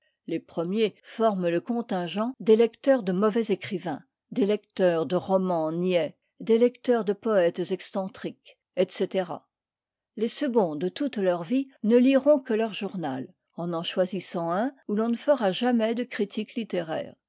les premiers forment le contingent des lecteurs de mauvais écrivains des lecteurs de romans niais des lecteurs de poètes excentriques etc les seconds de toute leur vie ne liront que leur journal en en choisissant un où l'on ne fera jamais de critique littéraire